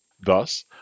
Thus